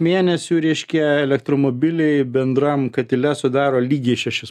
mėnesių reiškia elektromobiliai bendram katile sudaro lygiai šešis